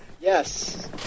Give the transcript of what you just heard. Yes